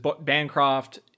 bancroft